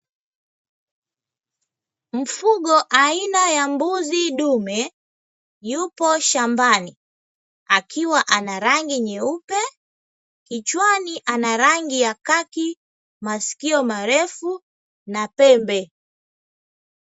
Mfugo aina ya mbuzi dume yupo shambani akiwa ana rangi nyeupe, kichwani ana rangi ya kaki, masikio marefu na pembe.